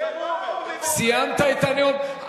סיימת את הנאום?